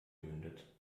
mündet